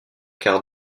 quart